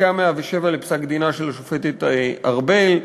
פסקה 107 בפסק-דינה של השופטת ארבל,